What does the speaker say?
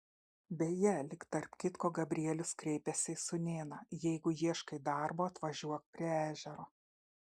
beje lyg tarp kitko gabrielius kreipėsi į sūnėną jeigu ieškai darbo atvažiuok prie ežero